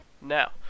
Now